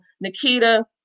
Nikita